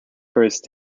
first